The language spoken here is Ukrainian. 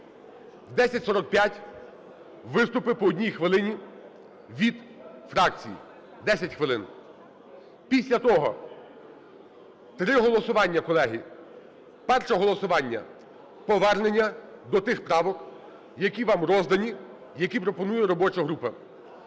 О 10:45 – виступи по одній хвилині від фракцій (10 хвилин). Після того три голосування, колеги: перше голосування – повернення до тих правок, які вам роздані, які пропонує робоча група;